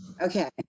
okay